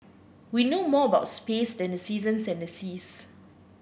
we know more about space than the seasons and the seas